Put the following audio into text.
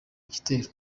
gitero